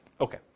Okay